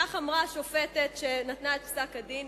כך אמרה השופטת שנתנה את פסק-הדין,